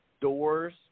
doors